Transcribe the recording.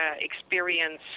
experience